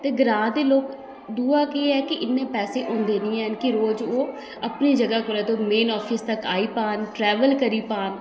ते ग्रांऽ दे लोक दूआ केह् ऐ कि इन्ने पैसे होंदे निं हैन कि रोज ओह् अपनी जगहा कोला ते मेन आफिस तक्कर आई पान ट्रैवल करी पान